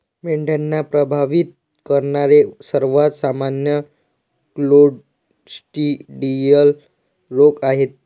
मेंढ्यांना प्रभावित करणारे सर्वात सामान्य क्लोस्ट्रिडियल रोग आहेत